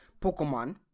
Pokemon